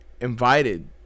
invited